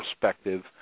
perspective